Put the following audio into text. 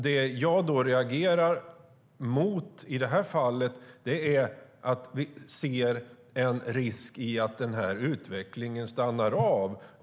Det jag reagerar mot i detta fall är risken för att utvecklingen stannar av.